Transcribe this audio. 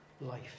life